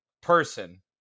person